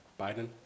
Biden